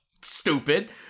stupid